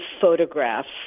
photographs